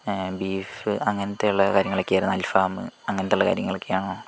beef അങ്ങനത്തെയുള്ള കാര്യങ്ങളൊക്കെയായിരുന്നു അൽഫാം അങ്ങനത്തെയുള്ള കാര്യങ്ങളൊക്കെയാണോ